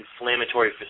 inflammatory